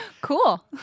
Cool